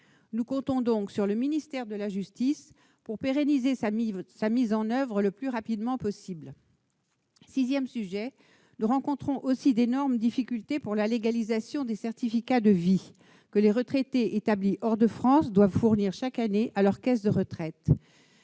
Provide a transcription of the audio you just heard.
Nous comptons donc sur le ministère de la justice pour en pérenniser la mise en oeuvre le plus rapidement possible. Nous rencontrons aussi d'énormes difficultés s'agissant de la légalisation des certificats de vie que les retraités établis hors de France doivent fournir chaque année à leur caisse de retraite.